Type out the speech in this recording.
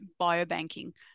biobanking